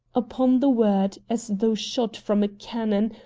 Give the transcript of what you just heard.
upon the word, as though shot from a cannon,